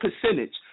percentage